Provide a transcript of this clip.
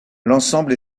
l’ensemble